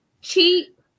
Cheap